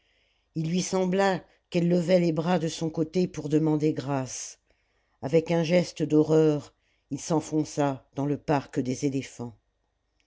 ii lui sembla qu'elle levait les bras de son côté pour demander grâce avec un geste d'horreur il s'enfonça dans le parc des éléphants